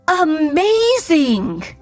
Amazing